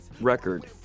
record